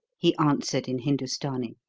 he answered in hindustani.